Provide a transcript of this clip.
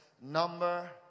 number